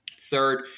Third